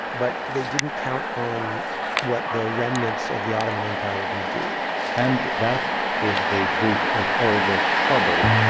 but they didn't count on what the remnants of the ottoman empire were going to do and that is the root of all the trouble